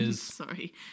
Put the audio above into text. Sorry